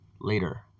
later